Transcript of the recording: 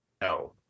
No